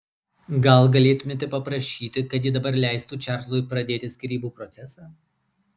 gal galėtumėte paprašyti kad ji dabar leistų čarlzui pradėti skyrybų procesą